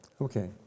Okay